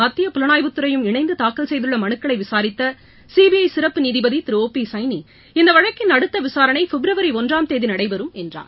மத்திய புலனாய்வு துறையும் இணைந்து தாக்கல் செய்துள்ள மனுக்களை விசாரித்த சிபிஐ சிறப்பு நீதிபதி ஓ பி சைனி இந்த வழக்கின் அடுத்த விசாரணை பிப்ரவரி ஒன்றாம் தேதி நடைபெறும் என்றார்